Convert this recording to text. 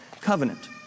covenant